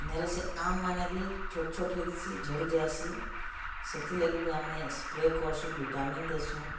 ନେହେଲେ ସେ ଆମ୍ମାନେ ବି ଛୋଟ୍ ଛୋଟ୍ ହେଇଥିସି ଝଡ଼ିଯାଏସି ସେଥିର୍ଲାଗି ବି ଆମେ ସ୍ପ୍ରେ କର୍ସୁଁ ଭିଟାମିନ୍ ଦେସୁଁ